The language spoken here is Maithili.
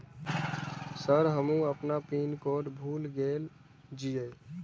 सर हमू अपना पीन कोड भूल गेल जीये?